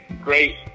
great